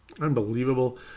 unbelievable